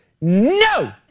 No